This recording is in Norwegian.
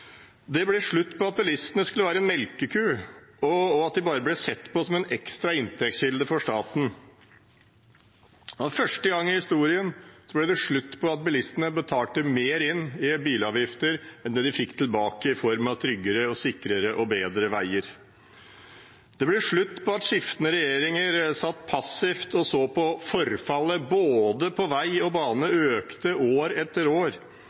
Det ble slutt på at bilistene skulle være en melkeku, og at de bare ble sett på som en ekstra inntektskilde for staten. For første gang i historien ble det slutt på at bilistene betalte mer inn i bilavgifter enn det de fikk tilbake i form av tryggere, sikrere og bedre veier. Det ble slutt på at skiftende regjeringer satt passivt og så på at forfallet på både vei og bane økte år etter år.